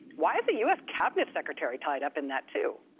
why is the u s. cabinet secretary tied up in that too?